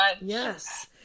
Yes